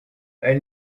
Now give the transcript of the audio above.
elle